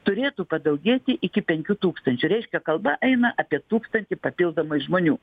turėtų padaugėti iki penkių tūkstančių reiškia kalba eina apie tūkstantį papildomai žmonių